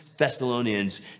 Thessalonians